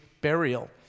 burial